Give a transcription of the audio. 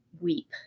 weep